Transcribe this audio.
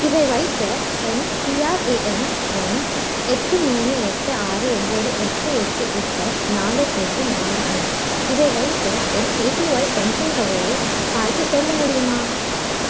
இதை வைத்து என் பிஆர்ஏஎன் எண் எட்டு மூணு எட்டு ஆறு ஒம்பது எட்டு எட்டு எட்டு நாலு ரெண்டு நாலு அஞ்சு இதை வைத்து என் ஏபிஒய் பென்ஷன் தொகையை பார்த்துச் சொல்ல முடியுமா